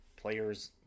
players